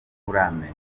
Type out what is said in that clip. nturamenya